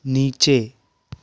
नीचे